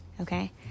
okay